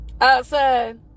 outside